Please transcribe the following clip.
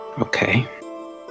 Okay